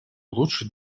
улучшит